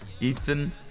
Ethan